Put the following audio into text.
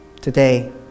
today